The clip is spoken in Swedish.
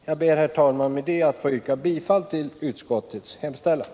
Jag ber, herr talman, att med det anförda få yrka bifall till utskottets hemställan.